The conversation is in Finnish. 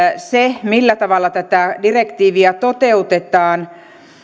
se millä tavalla tätä direktiiviä toteutetaan